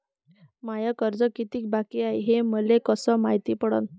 माय कर्ज कितीक बाकी हाय, हे मले कस मायती पडन?